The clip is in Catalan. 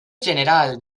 general